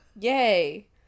Yay